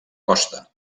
costa